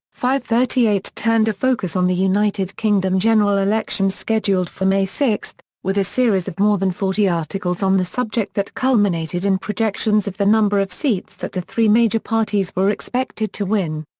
fivethirtyeight turned a focus on the united kingdom general election scheduled for may six, with a series of more than forty articles on the subject that culminated in projections of the number of seats that the three major parties were expected to win.